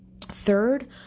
third